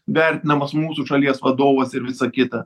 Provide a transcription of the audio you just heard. vertinamas mūsų šalies vadovas ir visa kita